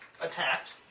attacked